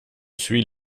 suit